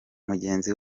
mugenzi